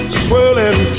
swirling